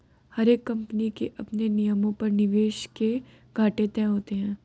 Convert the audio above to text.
हर एक कम्पनी के अपने नियमों पर निवेश के घाटे तय होते हैं